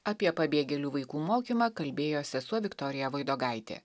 apie pabėgėlių vaikų mokymą kalbėjo sesuo viktorija voidogaitė